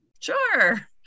sure